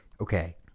okay